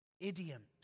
idioms